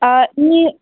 ता न्ही